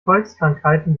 volkskrankheiten